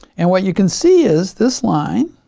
and what you can see is this line